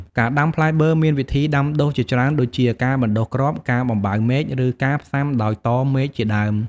ការដាំផ្លែប័រមានវិធីដាំដុះជាច្រើនដូចជា ការបណ្តុះគ្រាប់ ការបំបៅមែក ឬការផ្សាំដោយតមែកជាដើម។